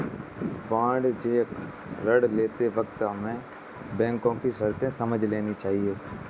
वाणिज्यिक ऋण लेते वक्त हमें बैंको की शर्तें समझ लेनी चाहिए